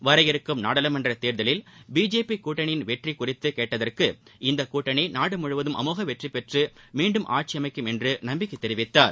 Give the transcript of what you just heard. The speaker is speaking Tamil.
வரவிருக்கும் நாடாளுமன்ற தேர்தலில் பிஜேபி கூட்டனரியின் வெற்றி குறித்து கேட்டதற்கு இக்கூட்டணி நாடு முழுவதும் அமோக வெற்றி பெற்று மீண்டும் ஆட்சி அமைக்கும் என்று நம்பிக்கை தெரிவித்தார்